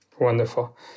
Wonderful